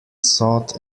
sought